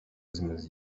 zimaze